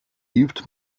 übt